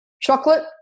Chocolate